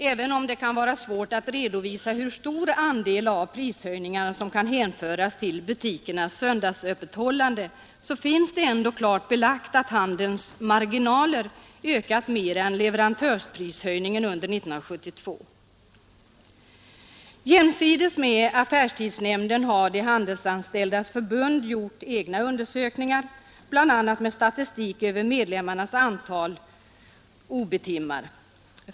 Även om det kan vara svårt att redovisa hur stor andel av prishöjningarna som kan hänföras till butikernas söndagsöppethållande finns det ändå klart belagt att handelns marginaler ökat mera än leverantörsprishöjningen under 1972. Jämsides med affärstidsnämnden har Handelsanställdas förbund gjort egna undersökningar, bl.a. med statistik över medlemmarnas ob-timmar.